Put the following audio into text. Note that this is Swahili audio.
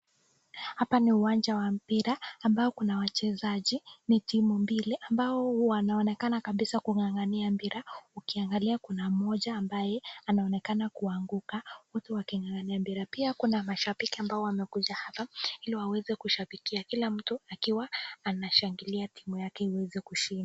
Hapa ni uwanja wa mpira ambao kuna wachezaji ni timu mbili ambao wanaonekana kabisa kung'ang'ania mpira. Ukiangalia kuna mmoja ambaye anaonekana kuanguka watu waking'ang'ania mpira. Pia kuna mashabiki ambao wamekuja hapa ili waweze kushabikia kila mtu akiwa anashangilia timu yake iweze kushinda.